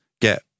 get